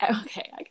okay